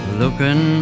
looking